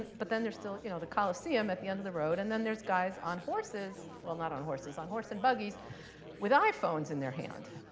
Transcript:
but then there's still you know the coliseum at the end of the road. and then there's guys on horses well, not on horses, on horse and buggies with iphones in their hand.